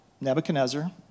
Nebuchadnezzar